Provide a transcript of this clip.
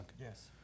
Yes